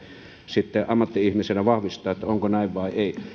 sitten ammatti ihmisenä vahvistaa onko näin vai ei